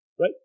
Right